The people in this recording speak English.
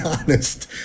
honest